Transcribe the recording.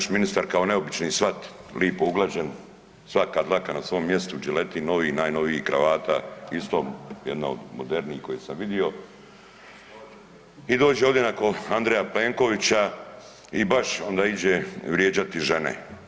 Naš ministar kao neobični svat, lipo uglađen, svaka dlaka na svom mjestu, đileti novi, najnoviji, kravata istom jedna od modernijih koje sam vidio i dođe ovdje nakon Andreja Plenkovića i baš onda iđe vrijeđati žene.